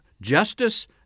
justice